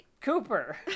Cooper